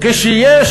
כשיש